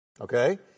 okay